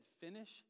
finish